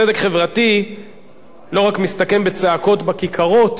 צדק חברתי לא מסתכם רק בצעקות בכיכרות,